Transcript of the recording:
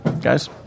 guys